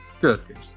good